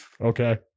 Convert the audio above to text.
okay